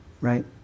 right